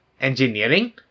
engineering